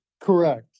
correct